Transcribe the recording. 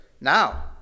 Now